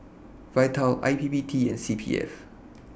Vital I P P T and C P F